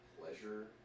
pleasure